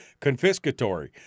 confiscatory